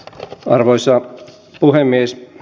arvoisa puhemies